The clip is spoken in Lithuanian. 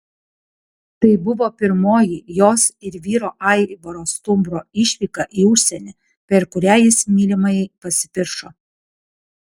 tai buvo pirmoji jos ir vyro aivaro stumbro išvyka į užsienį per kurią jis mylimajai pasipiršo